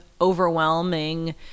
overwhelming